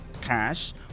cash